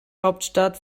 hauptstadt